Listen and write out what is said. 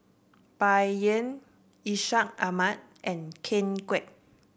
Bai Yan Ishak Ahmad and Ken Kwek